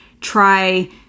try